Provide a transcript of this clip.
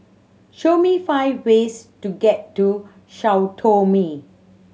show me five ways to get to Sao Tome